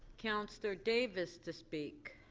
counselor davis to speak.